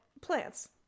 plants